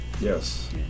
Yes